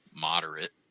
moderate